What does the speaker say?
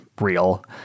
real